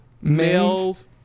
Males